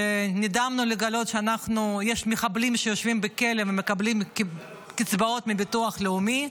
ונדהמנו לגלות שיש מחבלים שיושבים בכלא ומקבלים קצבאות מביטוח לאומי,